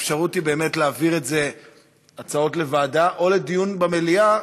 האפשרות היא להעביר את זה לוועדה או לדיון במליאה,